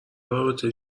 رابطه